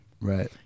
Right